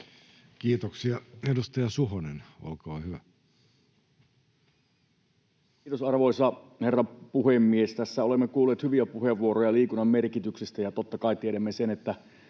muuttamisesta Time: 18:07 Content: Kiitos, arvoisa herra puhemies! Tässä olemme kuulleet hyviä puheenvuoroja liikunnan merkityksestä, ja totta kai tiedämme sen, että